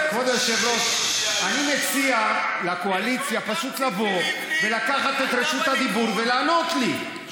אני מציע לקואליציה פשוט לבוא ולקחת את רשות הדיבור ולענות לי,